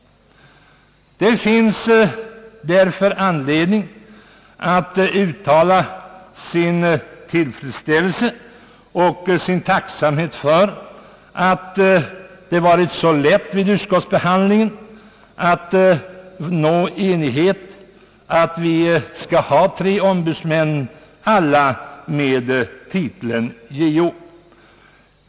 Man har därför anledning att uttala sin tillfredsställelse och tacksamhet för att det vid utskottsbehandlingen varit så lätt att nå enighet om att vi skall ha tre ombudsmän, alla med titeln JO.